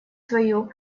свою